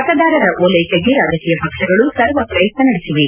ಮತದಾರರ ಓಲೈಕೆಗೆ ರಾಜಕೀಯ ಪಕ್ಷಗಳು ಸರ್ವ ಪ್ರಯತ್ನ ನಡೆಸಿವೆ